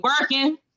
working